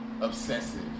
obsessive